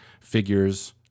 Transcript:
figures